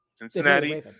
Cincinnati